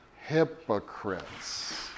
hypocrites